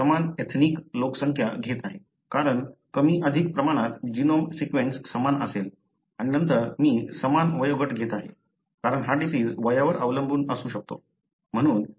मी समान एथनिक लोकसंख्या घेत आहे कारण कमी अधिक प्रमाणात जीनोम सीक्वेन्स समान असेल आणि नंतर मी समान वयोगट घेत आहे कारण हा डिसिज वयावर अवलंबून असू शकतो